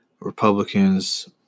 Republicans